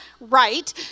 right